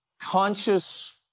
conscious